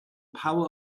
power